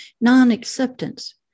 non-acceptance